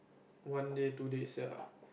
one day two days ya